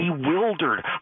bewildered